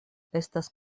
estas